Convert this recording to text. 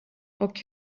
och